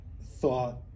thought